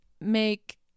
make